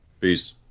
Peace